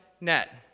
net